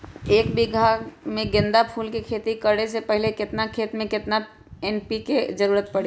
एक बीघा में गेंदा फूल के खेती करे से पहले केतना खेत में केतना एन.पी.के के जरूरत परी?